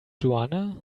joanna